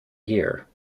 year